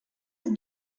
was